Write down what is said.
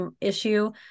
issue